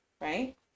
right